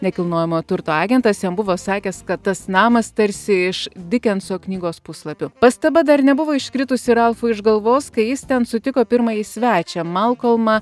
nekilnojamo turto agentas jam buvo sakęs kad tas namas tarsi iš dikenso knygos puslapių pastaba dar nebuvo iškritusi ralfui iš galvos kai jis ten sutiko pirmąjį svečią malkolmą